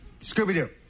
Scooby-Doo